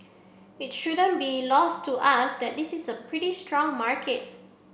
it shouldn't be lost to us that this is a pretty strong market